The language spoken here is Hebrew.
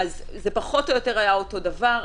זה פחות או יותר היה אותו דבר,